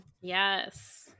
Yes